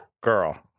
Girl